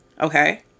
Okay